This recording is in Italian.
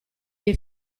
dei